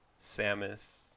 Samus